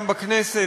גם בכנסת,